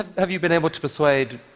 have you been able to persuade